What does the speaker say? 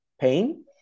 pain